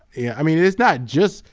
yeah i mean it is not just,